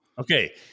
Okay